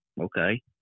Okay